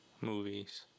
movies